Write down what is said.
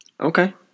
Okay